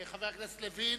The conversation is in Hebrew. חבר הכנסת לוין.